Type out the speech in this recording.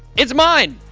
it's mine!